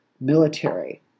military